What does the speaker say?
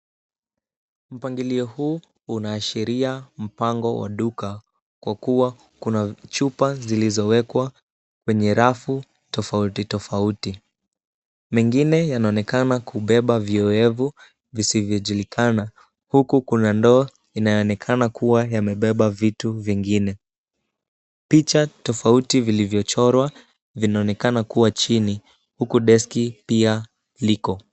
Mpangilio huu unaashiria mpango wa duka kwa kuwa kuna chupa zilizowekwa kwenye rafu tofautitofauti. Mengine yanaonekana kubeba viowevu visivyojulikana huku kuna ndoo inayoonekana kuwa yamebeba vitu vingine. Picha tofauti vilivyochorwa vinaonekana kuwa chini huku deski pia liko.